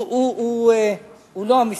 הוא לא המסים.